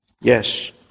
yes